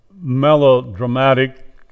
melodramatic